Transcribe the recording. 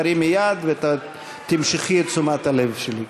תרימי יד ותמשכי את תשומת הלב שלי.